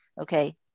Okay